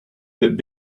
that